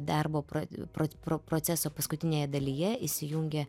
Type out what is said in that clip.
darbo pro pro pro proceso paskutinėje dalyje įsijungė